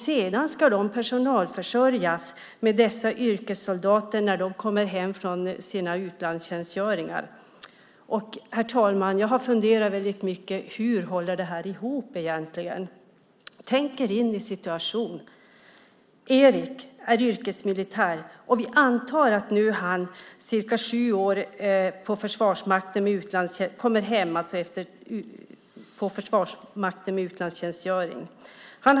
Sedan ska hemvärnet personalförsörjas med de yrkessoldater som kommer hem från sina utlandstjänstgöringar. Herr talman! Jag har funderat mycket på hur detta egentligen håller ihop. Tänk er in i situationen. Erik är yrkesmilitär. Vi antar att han nu har kommit hem efter cirka sju år efter utlandstjänstgöring i Försvarsmakten.